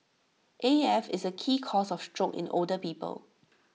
A F is A key cause of stroke in the older people